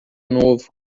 novo